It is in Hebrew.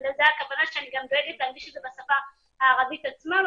לזה הכוונה שאני גם דואגת להנגיש את זה בשפה הערבית עצמה,